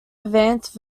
advanced